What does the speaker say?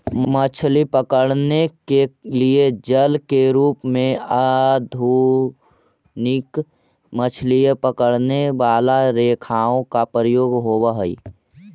मछली पकड़ने के लिए जाल के रूप में आधुनिक मछली पकड़ने वाली रेखाओं का प्रयोग होवअ हई